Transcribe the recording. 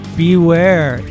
beware